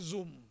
Zoom